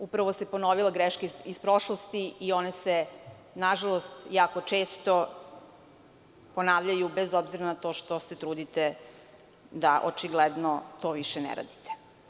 Upravo se ponovila greška iz prošlosti i one se na žalost jako često ponavljaju, bez obzira na to što se trudite da očigledno to više ne radite.